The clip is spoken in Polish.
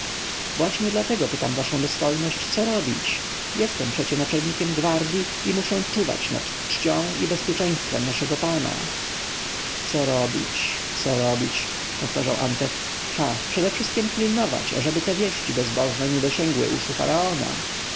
właśnie dlatego pytam waszą dostojność co robić jestem przecie naczelnikiem gwardji i muszę czuwać nad czcią i bezpieczeństwem naszego pana co robić co robić powtarzał antef ha przedewszystkiem pilnować ażeby te wieści bezbożne nie dosięgnęły uszu faraona